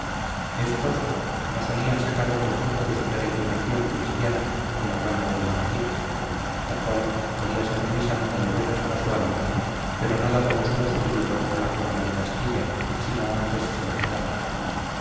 éstos no solían sacar otro fruto de su peregrinación cristiana que la palma del martirio la cual podía ser muy santa y buena para su alma pero no daba un solo súbdito a la corona de castilla sino antes se lo quitaba